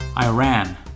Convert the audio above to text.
Iran